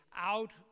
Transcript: out